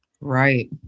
Right